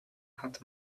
hat